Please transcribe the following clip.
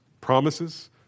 Promises